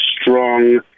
strong